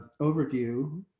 overview